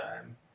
time